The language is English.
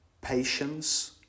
Patience